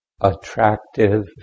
attractive